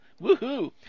Woohoo